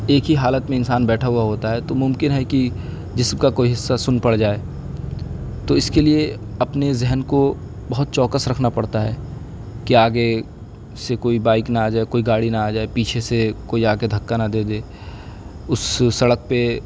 ایک ہی حالت میں انسان بیٹھا ہوا ہوتا ہے تو ممکن ہے کہ جسم کا کوئی حصہ سن پڑ جائے تو اس کے لیے اپنے ذہن کو بہت چوکس رکھنا پڑتا ہے کہ آگے سے کوئی بائک نہ آ جائے کوئی گاڑی نہ آ جائے پیچھے سے کوئی آ کے دھکا نہ دے دے اس سڑک پہ